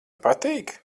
patīk